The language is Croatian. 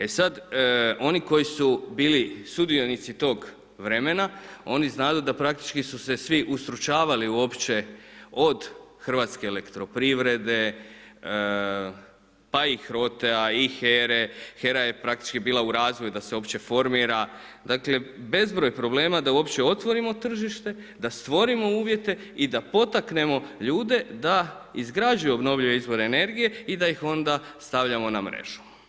E sad, oni koji su bili sudionici tog vremena oni znadu da praktički su se svi ustručavali uopće od Hrvatske elektroprivrede, pa i HROTE-a i HERE, HERA je praktički bila u razvoju da se opće formira, dakle, bezbroj problema da uopće otvorimo tržište, da stvorimo uvjete i da potaknemo ljude da izgrađuju obnovljive izvore energije i da ih onda stavljamo na mrežu.